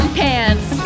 pants